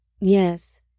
Yes